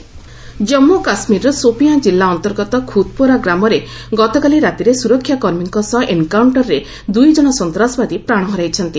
JK କିଲ୍ଡ୍ ଜନ୍ମ୍ର କାଶ୍ମୀରର ସୋପିଆଁ କିଲ୍ଲା ଅନ୍ତର୍ଗତ ଖୁଦପୋରା ଗ୍ରାମରେ ଗତକାଲି ରାତିରେ ସୁରକ୍ଷାକର୍ମୀଙ୍କ ସହ ଏନ୍କାଉଣ୍ଟରରେ ଦୁଇଜଣ ସନ୍ତାସବାଦୀ ପ୍ରାଣ ହରାଇଛନ୍ତି